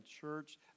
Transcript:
church